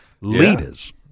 leaders